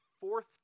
fourth